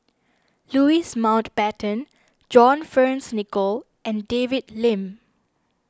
Louis Mountbatten John Fearns Nicoll and David Lim